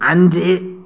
அஞ்சு